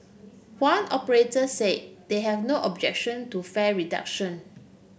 one operator said they have no objection to fare reduction